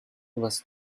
was